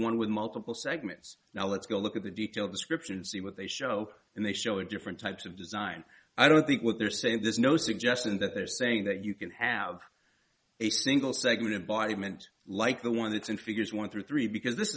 one with multiple segments now let's go look at the detailed description see what they show and they show different types of design i don't think what they're saying there's no suggestion that they're saying that you can have a single segment embodiment like the one that's in figures one through three because this